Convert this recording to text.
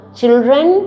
children